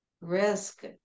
risk